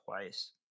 twice